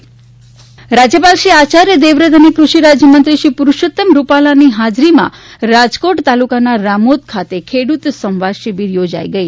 ખેડૂત સંવાદ રાજ્યપાલ શ્રી આયાર્ય દેવવ્રત અને કૃષિ રાજ્યમંત્રી શ્રી પુરૂષોત્તમ રૂપાલાની હાજરીમાં રાજકોટ તાલુકાના રામોદ ગામે ખેડૂત સંવાદ શિબિર યોજાઇ હતી